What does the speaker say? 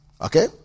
Okay